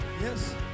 Yes